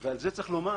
שקם בבוקר ואומר: